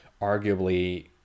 arguably